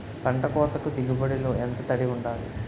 పంట కోతకు దిగుబడి లో ఎంత తడి వుండాలి?